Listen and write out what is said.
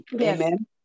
Amen